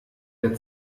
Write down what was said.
der